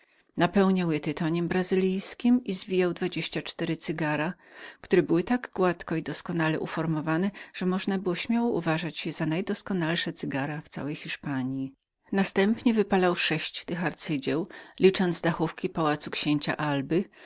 napełniał je tytoniem brazylijskim i zwijał dwadzieścia cztery cygar które były tak gładko i doskonale złożone że można było śmiało uważać je za najdoskonalsze cygara w całej hiszpanji następnie wypalał sześć tych arcydzieł licząc dachówki pałacu księcia alby